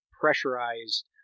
pressurized